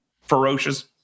ferocious